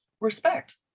respect